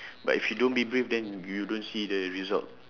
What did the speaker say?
but if you don't be brave then you don't see the result